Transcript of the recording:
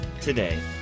today